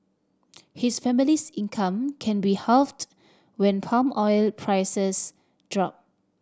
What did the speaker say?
his family's income can be halved when palm oil prices drop